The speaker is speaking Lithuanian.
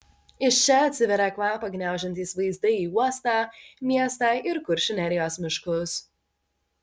iš čia atsiveria kvapą gniaužiantys vaizdai į uostą miestą ir kuršių nerijos miškus